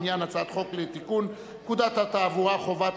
הצעת חוק לתיקון פקודת התעבורה (חובת